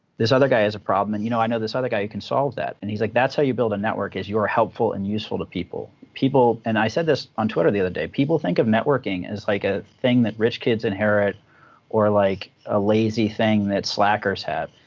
this other guy has a problem, and you know, i know this other guy who can solve that. and he's like, that's how you build a network, is you are helpful and useful to people. and i said this on twitter the other day, people think of networking as like a thing that rich kids inherit or like a lazy thing that slackers have.